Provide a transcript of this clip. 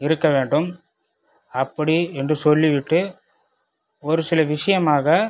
இருக்க வேண்டும் அப்படி என்று சொல்லிவிட்டு ஒரு சில விஷயமாக